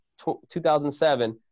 2007